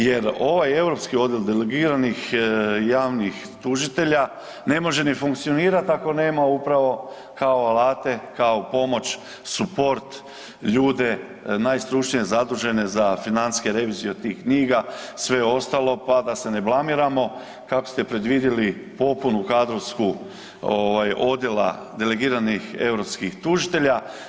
Jer ovaj europski odjel delegiranih javnih tužitelja ne može ni funkcionirati ako nema upravo kao alate, kao pomoć suport, ljude najstručnije zadužene za financijske revizije od tih knjiga, sve ostalo pa da se ne blamiramo kako ste predvidjeli popunu kadrovsku odjela delegiranih europskih tužitelja.